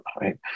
right